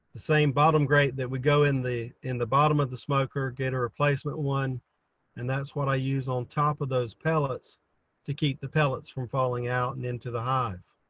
the same bottom grate that would go in the, in the bottom of the smoker, get a replacement one and that's what i use on top of those pellets to keep the pellets from falling out and into the hive.